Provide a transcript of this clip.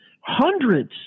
hundreds